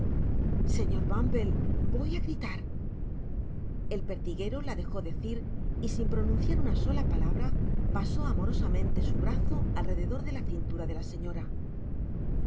señor bumble voy a gri tar el pertiguero la dejo decir y sin pronunciar una sola palabra pasó amorosamente su brazo al rededor de la cintura de la señora